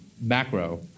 macro